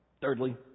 thirdly